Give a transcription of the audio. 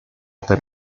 per